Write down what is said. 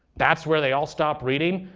that's where they all stop reading,